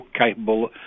capable